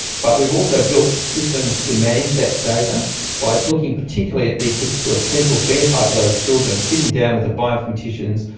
but we've also build systems to manage that data by looking particularly at the particular clinical phenotype of those children, sitting down with the biometricians,